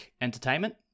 Entertainment